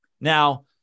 Now